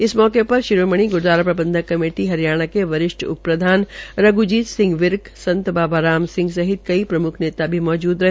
इस मौके पर शिरोमणि गुरूद्वारा प्रबंधक कमेटी हरियाणा के वरिष्ठ उप प्रधान रघ्जीत सिंह विर्क संत बाबा राम सिंह सहित कई प्रमुख नेता भी मौजूद रहे